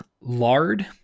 Lard